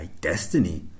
destiny